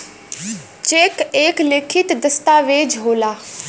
check एक लिखित दस्तावेज होला